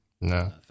No